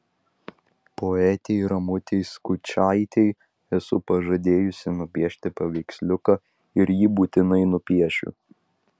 poetei ramutei skučaitei esu pažadėjusi nupiešti paveiksliuką ir jį būtinai nupiešiu